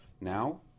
Now